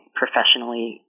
professionally